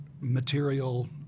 material –